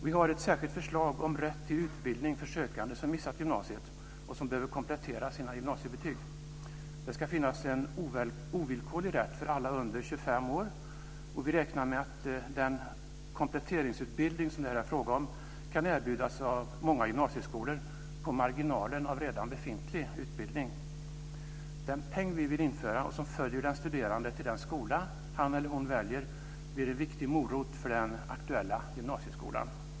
Vi har ett särskilt förslag som rätt till utbildning för sökande om missat gymnasiet och som behöver komplettera sina gymnasiebetyg. Det ska finnas en ovillkorlig rätt för alla under 25 år, och vi räknar med att den kompletteringsutbildning som det här är fråga om kan erbjudas av många gymnasieskolor på marginalen av redan befintlig utbildning. Den peng vi vill införa, som följer den studerande till de skola han eller hon väljer, blir en viktig morot för den aktuella gymnasieskolan.